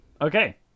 Okay